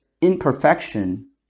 imperfection